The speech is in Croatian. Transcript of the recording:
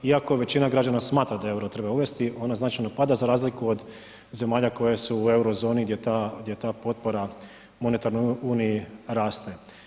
Iako većina građana smatra da euro treba uvesti ona značajno pada za razliku od zemalja koje su u Eurozoni gdje ta potpora monetarnoj uniji raste.